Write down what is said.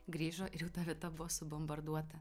grįžo ir jau ta vieta buvo subombarduota